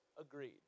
agreed